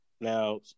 Now